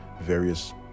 various